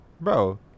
Bro